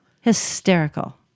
Hysterical